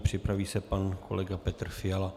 Připraví se pan kolega Petr Fiala.